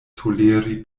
toleri